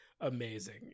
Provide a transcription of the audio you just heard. amazing